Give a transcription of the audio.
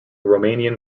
romanian